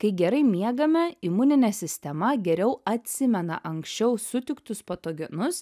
kai gerai miegame imuninė sistema geriau atsimena anksčiau sutiktus patogenus